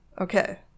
Okay